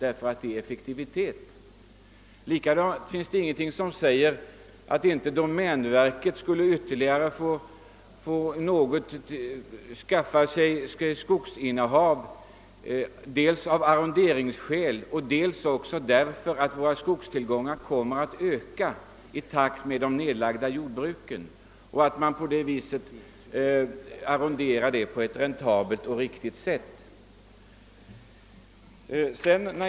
Inte heller finns det någonting som säger att domänverket inte borde få öka sitt skogsinnehav ytterligare dels av arronderingsskäl, dels därför att våra skogstillgångar kommer att öka i takt med nedläggningen av jordbruken. I samband därmed bör man åstadkomma en räntabel och riktig arrondering.